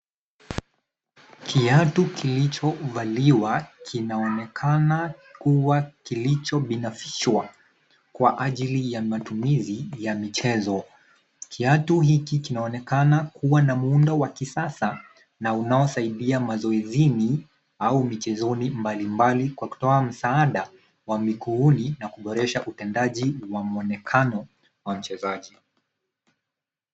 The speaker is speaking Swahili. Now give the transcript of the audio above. Kiatu kilichovaliwa kinaonekana kimebinafsishwa kwa ajili ya matumizi ya michezo. Kiatu hiki kinaonekana kuwa na muundo wa kisasa na husaidia katika mazoezi au michezo mbalimbali kwa kutoa msaada wa miguuni na kuboresha utendaji pamoja na mwonekano wa mchezaji.